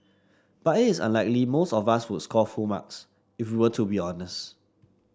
but it is unlikely most of us would score full marks if we were to be honest